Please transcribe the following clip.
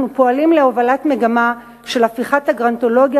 אנחנו פועלים להובלת מגמה של הפיכת הגרונטולוגיה